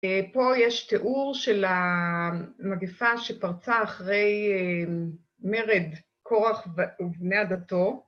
פה יש תיאור של המגפה שפרצה אחרי מרד קורח ובני עדתו.